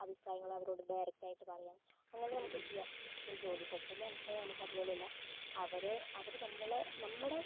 അഭിപ്രായങ്ങൾ അവരോട് ഡയറക്റ്റായിട്ട് പറയാം അങ്ങനെ നമുക്ക് ചെയ്യാം പക്ഷെ ജോലി സ്ഥലത്തെന്ന് പറഞ്ഞിട്ടുണ്ടെങ്കിൽ നമുക്ക് അതുപോലെ അല്ല അവരെ അവര് നമ്മളെ നമ്മുടെ